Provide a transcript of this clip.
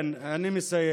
כן, אני מסיים.